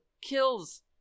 kills